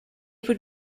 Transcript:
would